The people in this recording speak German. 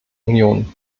union